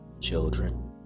children